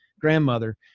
grandmother